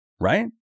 right